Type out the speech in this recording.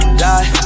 die